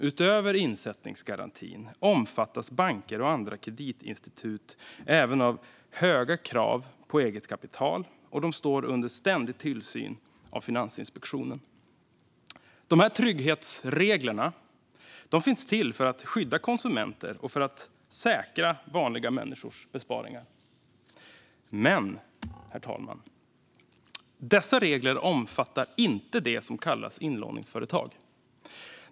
Utöver insättningsgarantin omfattas banker och andra kreditinstitut dessutom av höga krav på eget kapital, och de står under ständig tillsyn av Finansinspektionen. Dessa trygghetsregler finns till för att skydda konsumenter och för att säkra vanliga människors besparingar. Men, herr talman, dessa regler omfattar inte det som kallas inlåningsföretag.